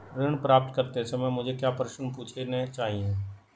ऋण प्राप्त करते समय मुझे क्या प्रश्न पूछने चाहिए?